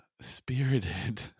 spirited